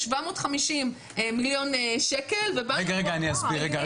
יש 750 מיליון שקל --- זה לא נכון.